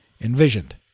envisioned